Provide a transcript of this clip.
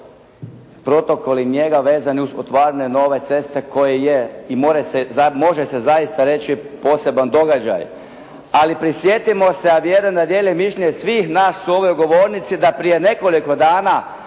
protokoli njega vezani uz otvaranje nove ceste koje je i može se zaista reći poseban događaj. Ali prisjetimo se, a vjerujem da dijelim mišljenje svih nas sa ove govornice, da prije nekoliko dana